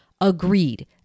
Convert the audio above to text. Agreed